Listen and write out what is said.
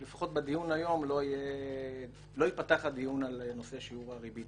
שלפחות בדיון היום לא ייפתח הדיון על נושא שיעור הריבית.